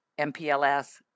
mpls